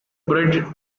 bridge